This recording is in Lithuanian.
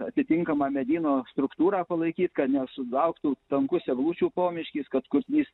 atitinkama medyno struktūra palaikyt kad nesulauktų tankus eglučių pomiškis kad kurtinys